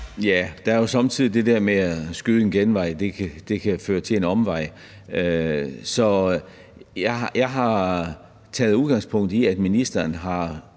(S): Det er jo somme tider sådan, at det med at skyde genvej kan føre til en omvej. Så jeg har taget udgangspunkt i, at ministeren har